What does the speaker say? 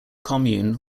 commune